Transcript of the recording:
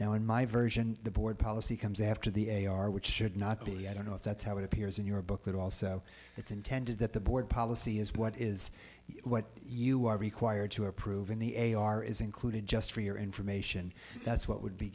now in my version the board policy comes after the a r which should not be i don't know if that's how it appears in your booklet also it's intended that the board policy is what is what you are required to approve in the a r is included just for your information that's what would be